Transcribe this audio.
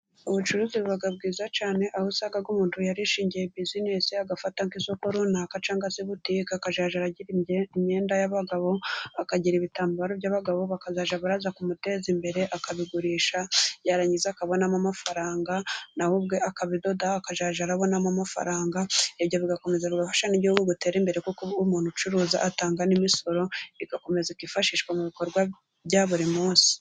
Ubucuruzi buba bwiza cyane , aho usanga umuntu yarishingiye buzinesi , agafata isoko runaka cyangwa se butike, akajya agira imyenda y'abagabo, akagira ibitambaro by'abagabo bakazajya baza kumuteza imbere, akabigurisha yarangiza akabonamo amafaranga, na we ubwe akabidoda akazajya abonamo amafaranga, ibyo bigakomeza bigafasha n'igihugu gutera imbere, kuko umuntu ucuruza atanga n'imisoro, bigakomeza kwifashishwa mu bikorwa bya buri munsi.